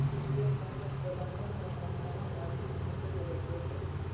वित्तीय संकट प्रबंधन में संस्थानक आर्थिक मूल्य के बचबैत अछि